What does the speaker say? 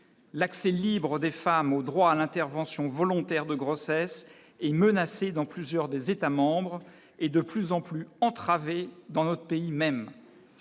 l'accès libre des femmes au droit à l'intervention volontaire de grossesse est menacé dans plusieurs des États-membres et de plus en plus entravées dans notre pays même,